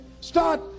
Start